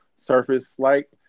Surface-like